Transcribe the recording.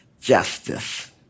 justice